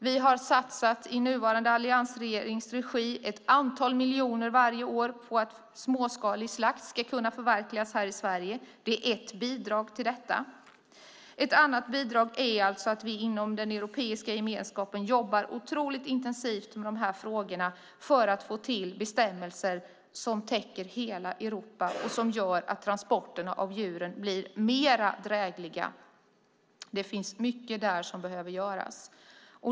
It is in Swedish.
Vi har i nuvarande alliansregerings regi satsat ett antal miljoner varje år på att småskalig slakt ska kunna förverkligas här i Sverige. Det är ett bidrag till detta. Ett annat bidrag är alltså att vi inom den europeiska gemenskapen jobbar otroligt intensivt med de här frågorna för att få till bestämmelser som täcker hela Europa och som gör att transporterna av djuren blir mer drägliga. Det finns mycket där som behöver göras.